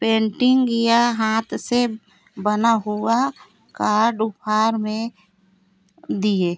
painting या हाथ से बना हुआ कार्ड उपहार में दिए